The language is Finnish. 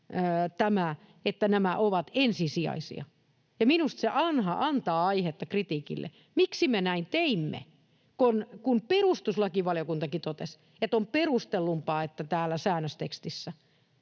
että nämä ovat ensisijaisia, ja minusta se antaa aihetta kritiikille. Miksi me näin teimme, kun perustuslakivaliokuntakin totesi, että on perustellumpaa, että täällä säännöstekstissä